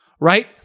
right